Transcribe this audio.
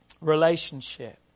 relationship